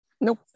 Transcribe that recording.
Nope